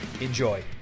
Enjoy